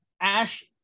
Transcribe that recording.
Ash